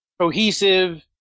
cohesive